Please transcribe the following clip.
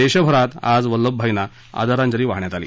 देशभरात आज वल्लभभाईंना आदरांजली वाहण्यात आली